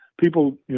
people